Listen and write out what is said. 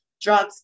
drugs